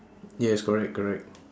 yes correct correct